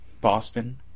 boston